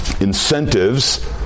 incentives